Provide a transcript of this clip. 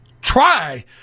try